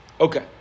Okay